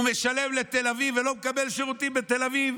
הוא משלם לתל אביב ולא מקבל שירותים בתל אביב.